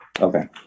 Okay